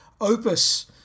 opus